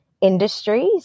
industries